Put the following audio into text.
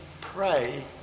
pray